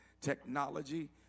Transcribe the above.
technology